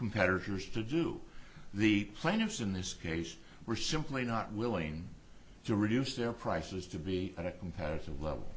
competitors to do the plaintiffs in this case were simply not willing to reduce their prices to be at a competitive level